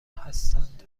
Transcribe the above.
هستند